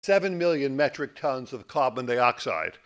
seven million metric tons of Carbon DiOxide